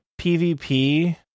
PvP